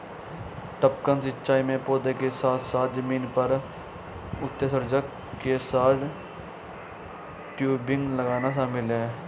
टपकन सिंचाई में पौधों के साथ साथ जमीन पर उत्सर्जक के साथ टयूबिंग लगाना शामिल है